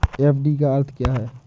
FD का अर्थ क्या है?